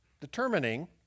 determining